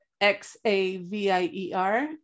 x-a-v-i-e-r